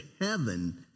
heaven